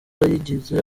yigeze